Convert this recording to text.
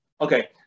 Okay